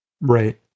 right